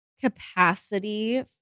capacity